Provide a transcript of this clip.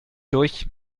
durch